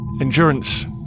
endurance